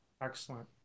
Excellent